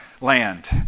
land